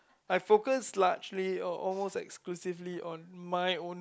I focus largely or almost exclusively on my own